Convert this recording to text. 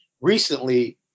recently